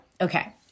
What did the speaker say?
Okay